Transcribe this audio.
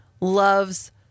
loves-